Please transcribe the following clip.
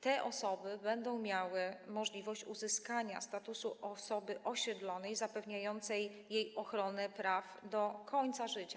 Te osoby będą miały możliwość uzyskania statusu osoby osiedlonej zapewniającego im ochronę ich praw do końca życia.